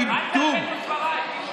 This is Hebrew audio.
כמה, אל תעוות את דבריי, פינדרוס.